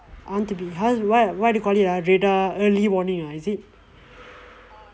I want to be how what what they call it ah radar early warning ah is it